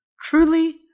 Truly